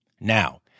Now